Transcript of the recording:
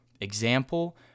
Example